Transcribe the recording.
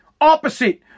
opposite